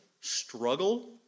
struggle